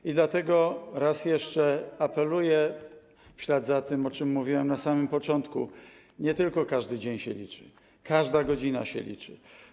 I dlatego raz jeszcze apeluję w ślad za tym, o czym mówiłem na samym początku, nie tylko każdy dzień się liczy, każda godzina się liczy.